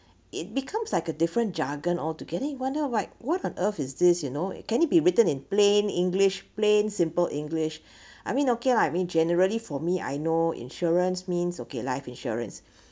it becomes like a different jargon all and then you wonder like what on earth is this you know it can it be written in plain english plain simple english I mean okay lah mean generally for me I know insurance means okay life insurance